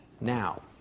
now